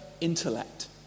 intellect